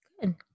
Good